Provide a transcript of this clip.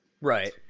Right